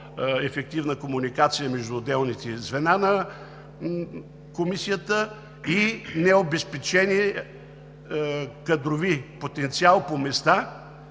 по-ефективна комуникация между отделните звена на Комисията, и необезпеченият кадрови потенциал по места,